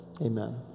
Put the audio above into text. amen